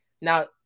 Now